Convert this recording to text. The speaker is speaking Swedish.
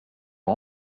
har